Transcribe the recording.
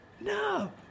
No